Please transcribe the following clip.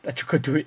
that you could do it